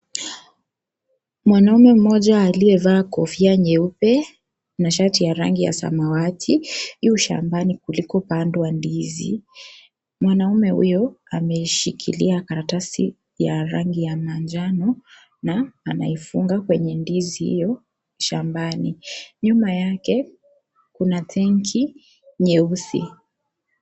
Mwanamme mmoja aliyevaa kofia nyeupe, na shati ya rangi ya samawati yu shambani kulikopandwa ndizi. Mwanamme huyo ameshikilia karatasi ya rangi ya manjano na anaifunga kwenye ndizi hiyo shambani. Nyuma yake kuna tenki nyeusi.